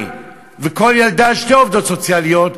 ועל כל ילדה שתי עובדות סוציאליות,